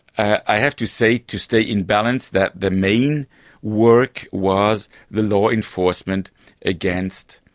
i have to say, to stay in balance, that the main work was the law enforcement against,